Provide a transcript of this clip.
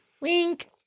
Wink